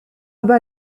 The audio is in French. bas